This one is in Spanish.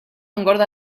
engorda